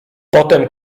potem